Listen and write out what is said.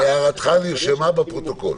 אלי, הערתך נרשמה בפרוטוקול.